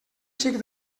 xic